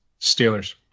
Steelers